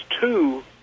two